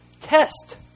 test